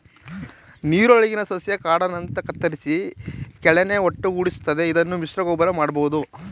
ನೀರೊಳಗಿನ ಸಸ್ಯ ಕಾಂಡನ ಕತ್ತರಿಸಿ ಕಳೆನ ಒಟ್ಟುಗೂಡಿಸ್ತದೆ ಇದನ್ನು ಮಿಶ್ರಗೊಬ್ಬರ ಮಾಡ್ಬೋದು